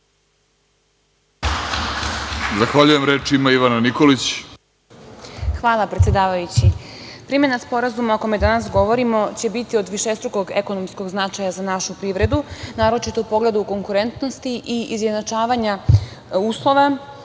Ivana Nikolić. **Ivana Nikolić** Hvala, predsedavajući. Primena sporazuma o kome danas govorimo će biti od višestrukog ekonomskog značaja za našu privredu, naročito u pogledu konkurentnosti i izjednačavanja uslova